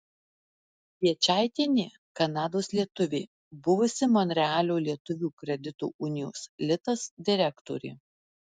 piečaitienė kanados lietuvė buvusi monrealio lietuvių kredito unijos litas direktorė